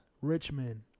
Richmond